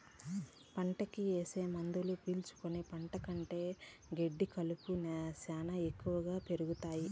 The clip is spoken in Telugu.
పంటకి ఏసే మందులు పీల్చుకుని పంట కంటే గెడ్డి కలుపు శ్యానా ఎక్కువగా పెరుగుతాది